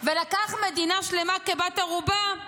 ולקח מדינה שלמה כבת ערובה.